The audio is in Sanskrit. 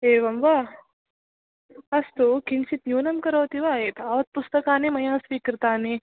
एवं वा अस्तु किञ्चित् न्यूनं करोति वा एतावत् पुस्तकानि मया स्वीकृतानि